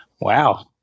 Wow